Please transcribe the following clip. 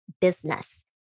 business